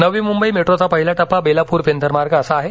नवी मुंबई मेट्रोचापहिला टप्पा बेलापूर पेंधर मार्ग असा आहे